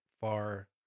far